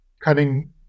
cutting